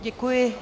Děkuji.